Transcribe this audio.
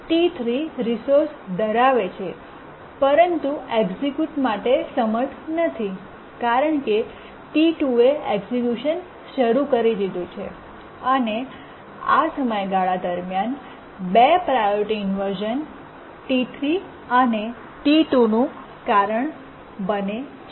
T3 resource ધરાવે છે પરંતુ એક્સિક્યૂટ માટે સમર્થ નથી કારણ કે T 2 એ એક્સક્યૂશન શરૂ કરી દીધું છે અને આ સમયગાળા દરમિયાન 2 પ્રાયોરિટી ઇન્વર્શ઼ન T3 અને T2 નું કારણ બને છે